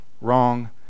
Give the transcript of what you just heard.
wrong